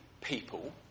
people